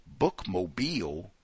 bookmobile